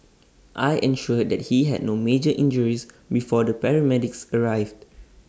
I ensured that he had no major injuries before the paramedics arrived